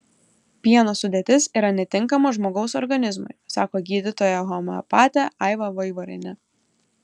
pieno sudėtis yra netinkama žmogaus organizmui sako gydytoja homeopatė aiva vaivarienė